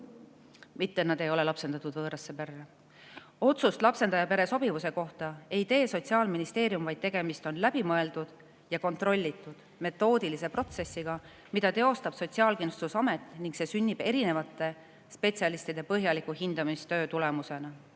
mitte neid ei lapsenda võõrad pered. Otsust lapsendaja pere sobivuse kohta ei tee Sotsiaalministeerium, vaid tegemist on läbimõeldud ja kontrollitud metoodilise protsessiga, mida teostab Sotsiaalkindlustusamet, ning see sünnib erinevate spetsialistide põhjaliku hindamistöö tulemusena.